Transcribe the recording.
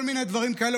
כל מיני דברים כאלה,